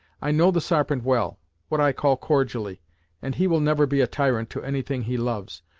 i know the sarpent well what i call cordially and he will never be a tyrant to any thing he loves,